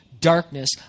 darkness